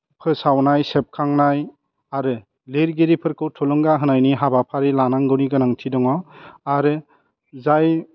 फोसावनाय सेबखांनाय आरो लिरगिरिफोरखौ थुलुंगा होनायनि हाबाफारि लांनांगौनि गोनांथि दङ आरो जाय